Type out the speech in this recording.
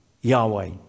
Yahweh